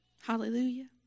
Hallelujah